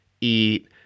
eat